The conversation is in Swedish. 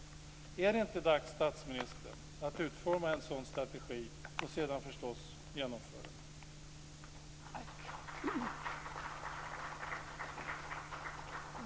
Är det inte dags, statsministern, att utforma en sådan strategi och sedan naturligtvis att genomföra den? Talmannen hälsade talmannen för den ungerska nationalförsamlingen dr János Áder och hans delegation, som befann sig bland åhörarna i kammaren, varmt välkomna.